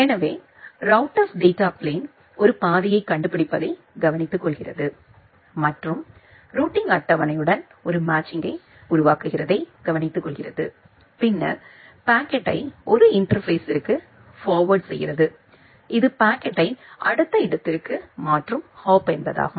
எனவே routers data plane ஒரு பாதையை கண்டுபிடிப்பதை கவனித்துக் கொள்கிறது மற்றும் ரூட்டிங் அட்டவணையுடன் ஒரு மேட்சையை உருவாக்குவதை கவனித்துக் கொள்கிறது பின்னர் பாக்கெட்டை ஒரு இன்டர்பேஸ்ஸிருக்கு ஃபார்வேர்ட் செய்கிறது இது பாக்கெட்டை அடுத்த இடத்திற்கு மாற்றும் ஹாப் என்பதாகும்